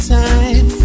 time